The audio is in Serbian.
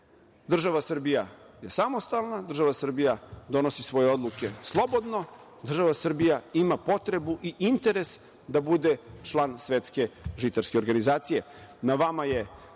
nivou. Država Srbija je samostalna, država Srbija donosi svoje odluke slobodno, država Srbija ima potrebu i interes da bude član Svetske žitarske organizacije.